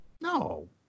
No